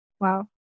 Wow